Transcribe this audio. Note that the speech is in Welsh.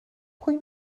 pwy